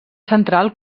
central